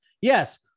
Yes